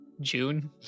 June